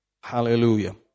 Hallelujah